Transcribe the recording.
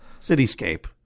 cityscape